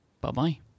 bye-bye